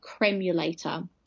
cremulator